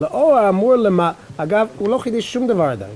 לאור האמור למ... אגב, הוא לא חידש שום דבר עדיין.